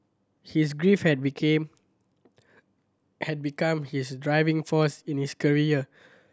his grief had became had become his driving force in his career